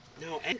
No